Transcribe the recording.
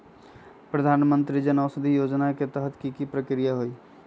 प्रधानमंत्री जन औषधि योजना के तहत की की प्रक्रिया होई?